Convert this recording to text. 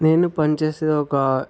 నేను పనిచేసేది ఒక